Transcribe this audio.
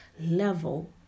level